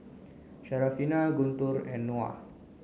Syarafina Guntur and Noah